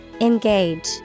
Engage